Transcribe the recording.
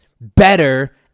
better